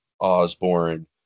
osborne